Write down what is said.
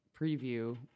preview